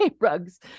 rugs